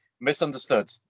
Misunderstood